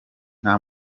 nta